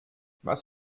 was